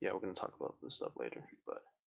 yeah we're going to talk about this stuff later, but.